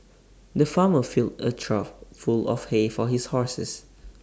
the farmer filled A trough full of hay for his horses